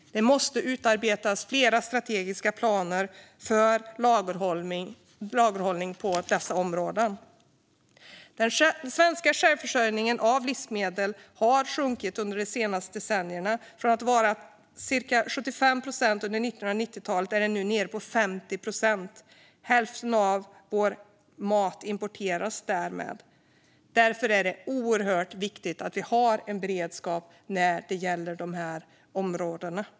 Det måste utarbetas flera strategiska planer för lagerhållning på dessa områden. Den svenska självförsörjningen av livsmedel har sjunkit under de senaste decennierna. Från att ha varit cirka 75 procent under 1990-talet är den nu nere på 50 procent. Hälften av vår mat importeras därmed. Därför är det oerhört viktigt att vi har en beredskap på dessa områden.